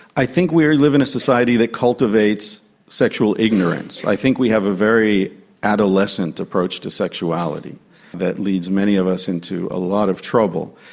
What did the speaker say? i think we we live in a society that cultivates sexual ignorance. i think we have a very adolescent approach to sexuality that leads many of us into a lot of trouble.